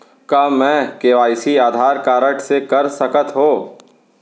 का मैं KYC Aadhaar card से कर सकत हो?